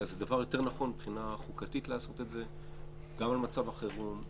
זה דבר יותר נכון מבחינה חוקתית גם למצב החירום.